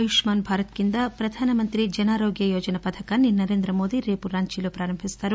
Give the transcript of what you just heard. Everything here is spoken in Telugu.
ఆయుష్మాన్ భారత్ క్రింద ప్రధానమంతి జనారోగ్య యోజన పథకాన్ని నరేం్రదమోదీ రేపు రాంచీలో పారంభిస్తారు